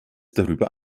darüber